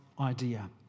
idea